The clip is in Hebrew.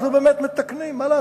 אבל תתקנו את זה.